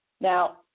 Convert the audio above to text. Now